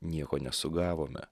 nieko nesugavome